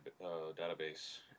database